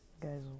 Guys